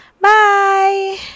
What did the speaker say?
bye